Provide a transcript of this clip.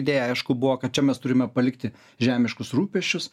idėja aišku buvo kad čia mes turime palikti žemiškus rūpesčius